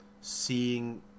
seeing